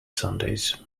sundays